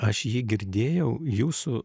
aš jį girdėjau jūsų